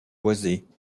boisées